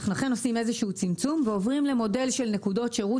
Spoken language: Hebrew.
אכן אנחנו עושים איזשהו צמצום ועוברים למודל של נקודות שירות